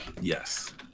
Yes